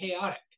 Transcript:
chaotic